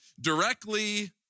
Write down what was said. directly